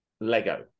Lego